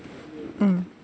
mm